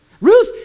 Ruth